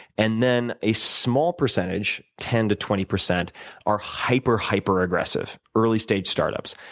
and then a small percentage ten to twenty percent are hyper, hyper aggressive early stage startups.